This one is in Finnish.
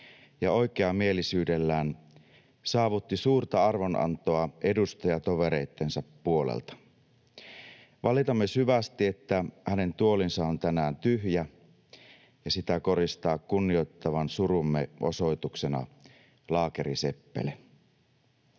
ja oikeamielisyydellään saavutti suurta arvonantoa edustajatovereittensa puolelta. Valitamme syvästi, että hänen tuolinsa on tänään tyhjä, ja sitä koristaa kunnioittavan surumme osoituksena laakeriseppele.”